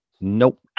Nope